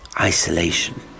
isolation